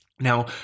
Now